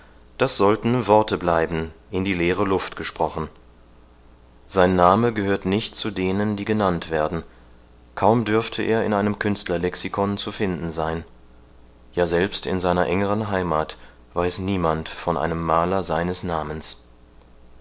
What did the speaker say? das sollten worte bleiben in die leere luft gesprochen sein name gehört nicht zu denen die genannt werden kaum dürfte er in einem künstlerlexikon zu finden sein ja selbst in seiner engeren heimat weiß niemand von einem maler seines namens